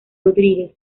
rodríguez